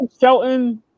Shelton